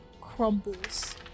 crumbles